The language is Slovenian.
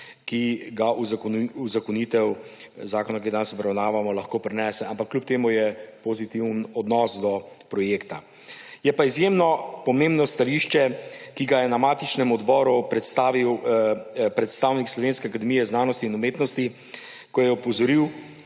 ki jih uzakonitev zakona, ki ga danes obravnavamo, lahko prinese. Ampak kljub temu je pozitiven odnos do projekta. Je pa izjemno pomembno stališče, ki ga je na matičnem odboru predstavil predstavnik Slovenske akademije znanosti in umetnosti, ko je opozoril,